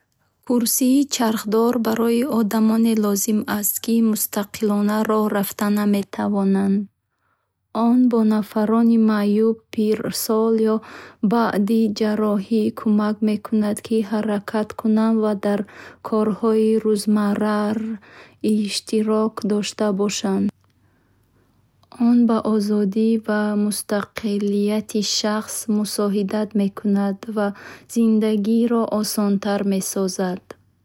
Курсии чархдор барои одамоне лозим аст ки мустақилона роҳ рафта наметавонанд. Он ба нафарони маъюб пирсол ё баъди ҷарроҳӣ кӯмак мекунад ки ҳаракат кунанд ва дар корҳои рӯзмарра иштирок дошта бошанд. Кресло-каталка роҳат аст ҳаракаташ осон ва мумкин аст дар хона беморхона ё кӯча истифода шавад. Он ба озодӣ ва мустақилияти шахс мусоидат мекунад ва зиндагиро осонтар месозад.